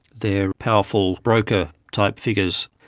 they are powerful broker type figures.